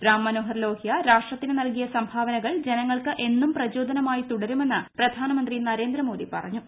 റാംമനോഹർ ലോഹ്യ രാഷ്ട്രത്തിന് നൽകിയ സംഭാവനകൾ ജനങ്ങൾക്ക് എന്നും പ്രചോദനമായി തുടരുമെന്ന് പ്രധാനമന്ത്രി നരേന്ദ്ര മോദി പറഞ്ഞു